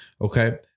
Okay